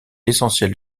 l’essentiel